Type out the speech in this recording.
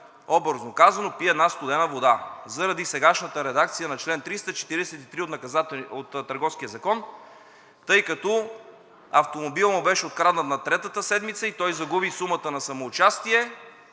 образно казано, пи една студена вода заради сегашната редакция на чл. 343 от Търговския закон, тъй като автомобилът му беше откраднат на третата седмица и той загуби сумата на самоучастие,